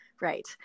Right